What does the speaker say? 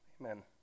Amen